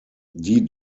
die